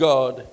God